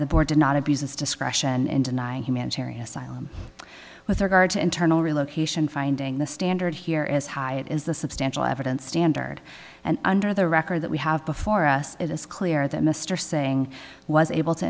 the board did not abuse its discretion in denying humanitarian with regard to internal relocation finding the standard here is high it is the substantial evidence standard and under the record that we have before us it is clear that mr singh was able to